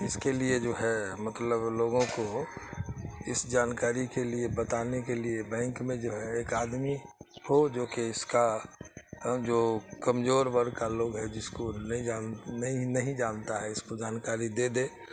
اس کے لیے جو ہے مطلب لوگوں کو اس جانکاری کے لیے بتانے کے لیے بینک میں جو ہے ایک آدمی ہو جوکہ اس کا جو کمزور ورگ کا لوگ ہے جس کو نہیں جان نہیں نہیں جانتا ہے اس کو جانکاری دے دے